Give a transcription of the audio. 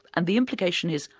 and the implication is,